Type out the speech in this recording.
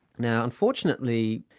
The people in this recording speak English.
now unfortunately,